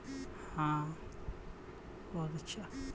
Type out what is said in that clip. vermicompost अलग अलग कृमिर इस्तमाल करे अपघटन प्रक्रियार उत्पाद छिके